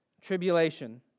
tribulation